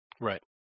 Right